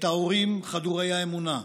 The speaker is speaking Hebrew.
את ההורים חדורי האמונה,